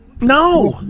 No